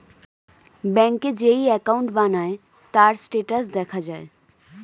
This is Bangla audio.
ব্যাংকে যেই অ্যাকাউন্ট বানায়, তার স্ট্যাটাস দেখা যায়